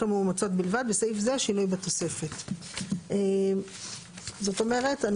המאומצות בלבד (בסעיף זה - שינוי בתוספת)"; זאת אומרת,